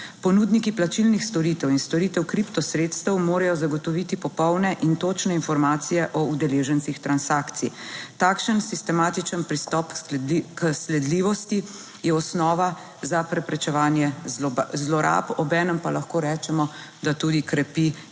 Ponudniki plačilnih storitev in storitev kripto sredstev morajo zagotoviti popolne in točne informacije o udeležencih transakcij. Takšen sistematičen pristop sledljivosti je osnova za preprečevanje zlorab, obenem pa lahko rečemo, da tudi krepi integriteto